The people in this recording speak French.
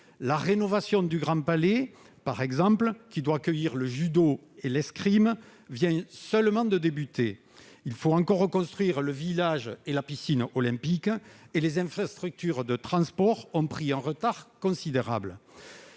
la rénovation du Grand Palais, qui doit accueillir les épreuves de judo et d'escrime, vient seulement de débuter. Il faut encore construire le village et la piscine olympiques. En outre, les infrastructures de transport ont pris un retard considérable.